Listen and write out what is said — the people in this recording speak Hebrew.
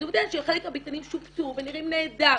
אז היא כותבת שחלק מהביתנים שופצו ונראים נהדר.